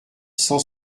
cent